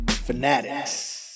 Fanatics